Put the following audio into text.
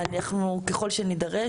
ככל שנדרש,